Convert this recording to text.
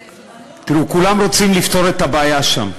תראו, כולם רוצים לפתור את הבעיה שם,